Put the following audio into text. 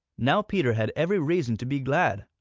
now peter had every reason to be glad,